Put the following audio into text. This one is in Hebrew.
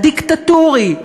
הדיקטטורי,